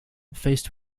faced